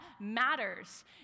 matters